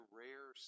rare